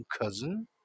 cousin